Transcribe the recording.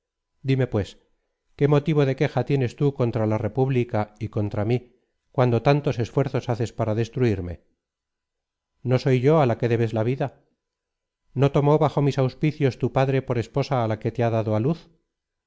dime pues qué motivo de queja tienes tú contra la república y contra mí cuando tantos esfuerzos haces para destruirme no soy yo á la que debes la vida no tomó bajo mis auspicios tu padre por esposa á la que te ha dado á luz